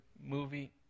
movie